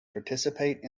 participate